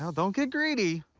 um don't get greedy.